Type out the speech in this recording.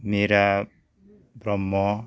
Mira Brahma